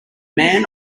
man